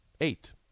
Eight